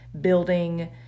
building